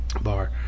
bar